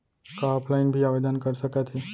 का ऑफलाइन भी आवदेन कर सकत हे?